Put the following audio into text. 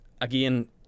again